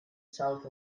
south